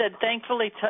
thankfully